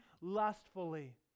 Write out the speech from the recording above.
lustfully